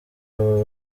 abo